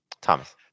Thomas